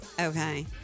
Okay